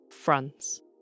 France